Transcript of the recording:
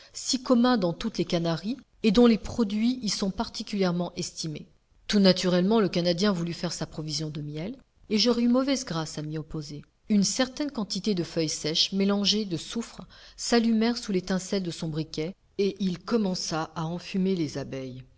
si communs dans toutes les canaries et dont les produits y sont particulièrement estimés tout naturellement le canadien voulut faire sa provision de miel et j'aurais eu mauvaise grâce à m'y opposer une certaine quantité de feuilles sèches mélangées de soufre s'allumèrent sous l'étincelle de son briquet et il commença à enfumer les abeilles